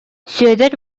сүөдэр